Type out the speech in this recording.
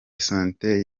sante